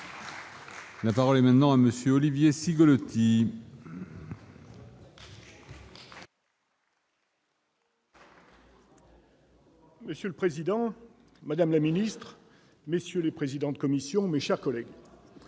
La parole est à M. Olivier Cigolotti. Monsieur le président, madame la ministre, messieurs les présidents de commission, mes chers collègues,